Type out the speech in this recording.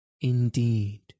Indeed